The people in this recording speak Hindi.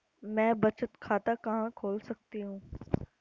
मैं बचत खाता कहां खोल सकती हूँ?